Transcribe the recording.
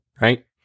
right